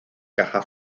caja